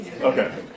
Okay